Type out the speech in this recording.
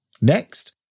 Next